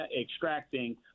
extracting